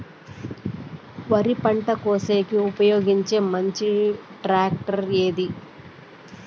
వరి పంట కోసేకి ఉపయోగించే మంచి టాక్టర్ ఏది?